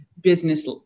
business